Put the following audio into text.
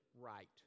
right